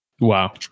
Wow